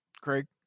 Craig